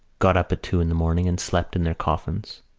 got up at two in the morning and slept in their coffins.